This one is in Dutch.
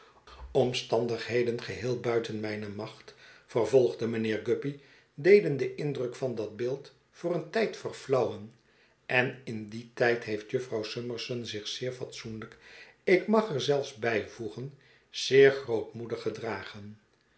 omstandigheden geheel buiten mijne macht vervolgde mijnheer guppy deden den indruk van dat beeld voor een tijd verflauwen en in dien tijd heeft jufvrouw summerson zich zeer fatsoenlijk ik mag er zelfs bijvoegen zeer grootmoedig gedragen